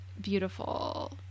beautiful